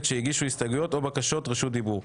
שהגישו הסתייגויות או בקשות רשות דיבור.